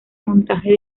montaje